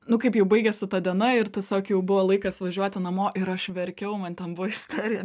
nu kaip jau baigėsi ta diena ir tiesiog jau buvo laikas važiuoti namo ir aš verkiau man ten buvo isterija